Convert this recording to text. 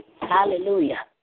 Hallelujah